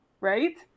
right